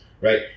right